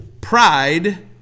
pride